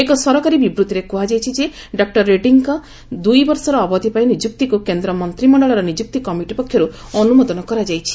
ଏକ ସରକାରୀ ବିବୂତିରେ କୁହାଯାଇଚି ଯେ ଡକ୍କର ରେଡ୍ରୀଙ୍କ ଏହି ଦୁଇବର୍ଷର ଅବଧି ପାଇଁ ନିଯୁକ୍ତିକୁ କେନ୍ଦ୍ର ମନ୍ତିମଣ୍ଡଳର ନିଯୁକ୍ତି କମିଟି ପକ୍ଷରୁ ଅନୁମୋଦନ କରାଯାଇଛି